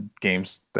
games